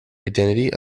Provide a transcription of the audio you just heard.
identity